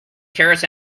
carrots